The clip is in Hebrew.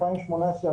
2019-2018,